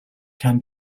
can